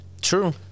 True